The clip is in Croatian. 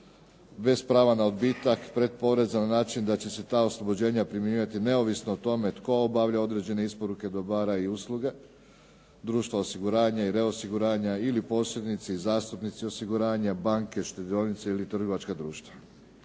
bez prava na odbitak pretporeza na način da će se ta oslobođenja primjenjivati neovisno o tome tko obavlja određene isporuke dobara i usluga, društva osiguranja i reosiguranja ili posrednici i zastupnici osiguranja, banke, štedionice ili trgovačka društva.